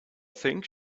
think